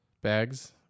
bags